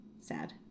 Sad